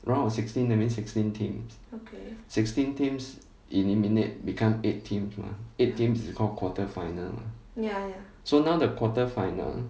round of sixteen that means sixteen teams sixteen teams eliminate become eight teams mah eight teams called quarter final mah so now the quarter final